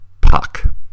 puck